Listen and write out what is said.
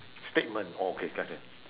statement okay got it